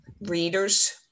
readers